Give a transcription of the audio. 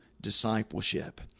discipleship